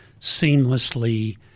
seamlessly